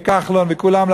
וכחלון וכולם,